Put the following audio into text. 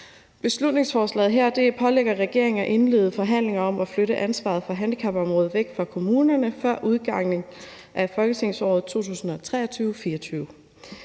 Beslutningsforslaget her pålægger regeringen at indlede forhandlinger om at flytte ansvaret for handicapområdet væk fra kommunerne før udgangen af folketingsåret 2023/24.